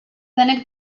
denek